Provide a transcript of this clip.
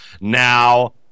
Now